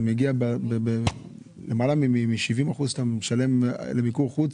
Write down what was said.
אתה מגיע למעלה מ-70 אחוזים שאתה משלם למיקור חוץ?